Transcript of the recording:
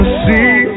see